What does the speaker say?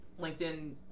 linkedin